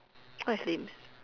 what is lame